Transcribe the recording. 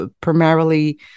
primarily